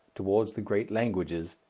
towards the great languages,